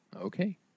okay